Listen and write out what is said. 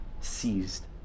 seized